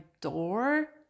door